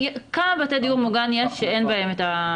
כמה בתי דיור מוגן יש שאין בהם התקן החדש?